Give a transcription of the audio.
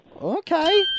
Okay